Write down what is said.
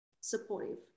supportive